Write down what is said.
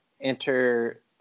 enter